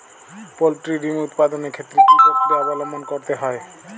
Poultry ডিম উৎপাদনের ক্ষেত্রে কি পক্রিয়া অবলম্বন করতে হয়?